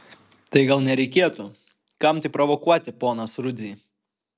tai gal nereikėtų kam tai provokuoti ponas rudzy